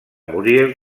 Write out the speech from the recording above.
muriel